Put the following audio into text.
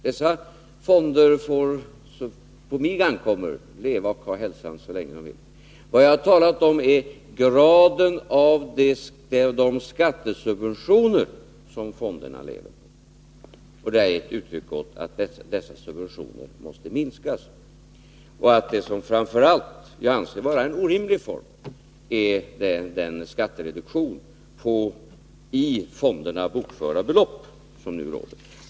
Dessa fonder får såvitt på mig ankommer leva och ha hälsan så länge de vill. Vad jag har talat om är graden av de skattesubventioner som fonderna lever på. Då har jag gett uttryck åt att dessa subventioner måste minskas och att det som jag framför allt anser vara en orimlig form är den skattereduktion på i fonderna bokförda belopp som nu gäller.